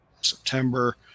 September